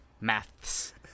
Maths